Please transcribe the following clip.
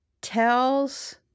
tells